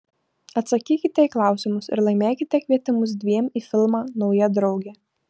atsakykite į klausimus ir laimėkite kvietimus dviem į filmą nauja draugė